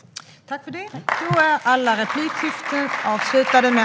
Makt, mål och myn-dighet - feministisk politik för en jämställd framtid m.m.